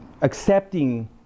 accepting